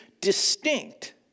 distinct